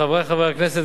חברי חברי הכנסת,